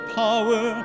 power